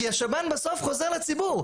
כי השב"ן בסוף חוזר לציבור.